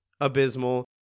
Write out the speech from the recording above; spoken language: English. abysmal